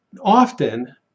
often